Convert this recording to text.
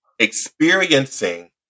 experiencing